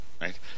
right